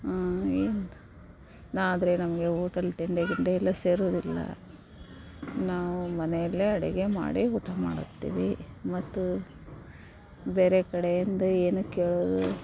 ಆಂ ಏನ್ದ್ ನಾ ಆದರೆ ನನಗೆ ಓಟೆಲ್ ತಿಂಡಿ ಗಿಂಡಿ ಎಲ್ಲ ಸೇರುವುದಿಲ್ಲ ನಾವು ಮನೆಯಲ್ಲೇ ಅಡುಗೆ ಮಾಡಿ ಊಟ ಮಾಡುತ್ತೀವಿ ಮತ್ತು ಬೇರೆ ಕಡೆಯಿಂದ ಏನೂ ಕೇಳೋದು